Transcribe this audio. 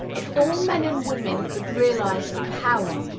if all men and women could realize the power,